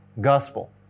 gospel